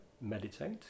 meditate